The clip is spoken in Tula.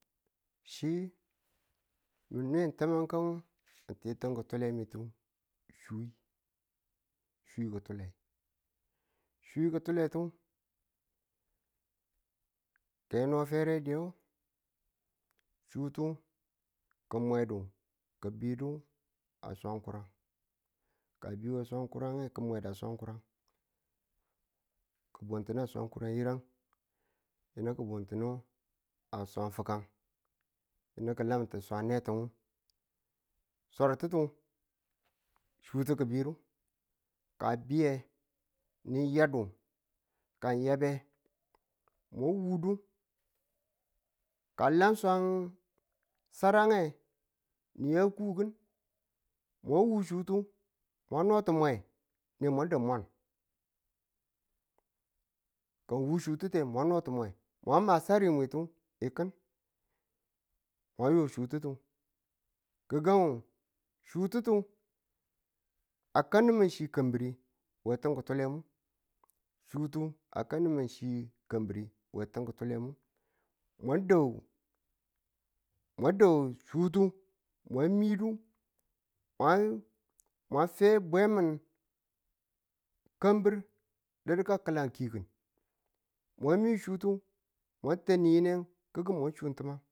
Chi mi nwe twamangangu ng ti tim ki̱tule mintu chuu, chuu ki̱tule chuu kitule kee no ferediyu chutu ki̱ kanma medu kɪ bidu a swang kurang ka a bi a swang kurang ne ki̱ mwe da swang kurang. ki̱bundunu a swang kuran yinan yinu ki̱ buntu nu a swang fi̱kam yinu ki̱ lanti swang netin nu. swangtutu, chuutu ki̱ bidu ni yadu kan yabe, mwa wudu. ka a lan swang sarange, ni ya kuu kin. Mwa wu chuutu mwa nu ti mwe ne mwa da mwan. ka ng wu chuutu mwa nu ti mwe mwa ma saritu ng ti kin mwa yo chuutu. Gi̱gang, chuututu a kan nimin chi kambi̱re we tim ki̱tulem chuutu a ka nimin chi kambɪre a tim lo ki̱tule nu. Mwa da chutu mwa midu ma fe bwe min kambar wu ka ki̱la kiku mwa fek chutu mwa tane yineng mwa chun tinmang.